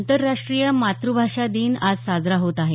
आंतरराष्ट्रीय मातृभाषा दिन आज साजरा होत आहे